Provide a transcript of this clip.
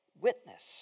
witness